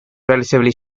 relatively